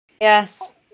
Yes